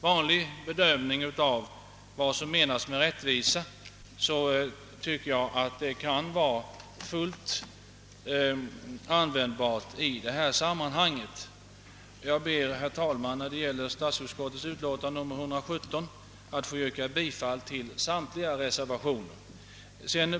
Jag ber, herr talman, att få yrka bifall till samtliga reservationer som är fogade vid statsutskottets utlåtande nr 117.